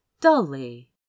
dully